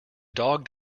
dog